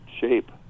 shape